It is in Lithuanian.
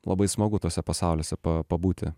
labai smagu tuose pasauliuose pabūti